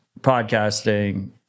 podcasting